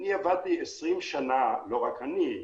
אני העברתי 20 שנים לא רק אני,